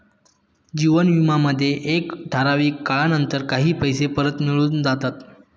जीवन विमा मध्ये एका ठराविक काळानंतर काही पैसे परत मिळून जाता